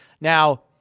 Now